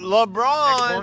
LeBron